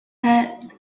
pad